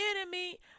enemy